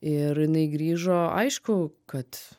ir jinai grįžo aišku kad